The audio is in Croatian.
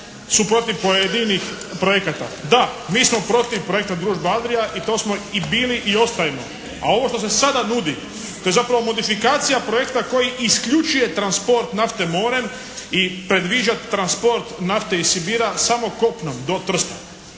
su protiv pojedinih projekata. Da, mi smo protiv projekta "Družba Adrija" i to smo i bili i ostajemo, a ovo što se sada nudi to je zapravo modifikacija projekta koji isključuje transport nafte morem i predviđa transport nafte iz Sibira samo kopnom do Trsta.